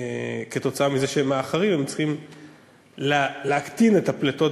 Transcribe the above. שכתוצאה מזה שהם מאחרים הם צריכים להקטין את הפליטות